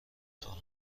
خواهم